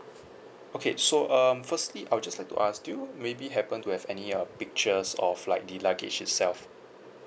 okay so um firstly I would just like to ask do you maybe happen to have any uh pictures of like the luggage itself